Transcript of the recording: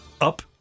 up